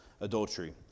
adultery